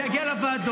זה יגיע לוועדות.